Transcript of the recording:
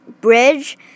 bridge